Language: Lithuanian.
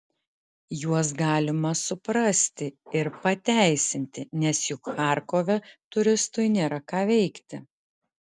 juos galima suprasti ir pateisinti nes juk charkove turistui nėra ką veikti